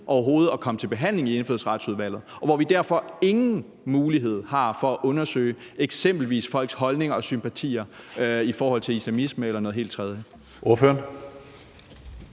overhovedet at komme til behandling i Indfødsretsudvalget, og hvor vi derfor ingen mulighed har for at undersøge eksempelvis folks holdninger og sympatier i forhold til islamisme eller noget helt andet? Kl.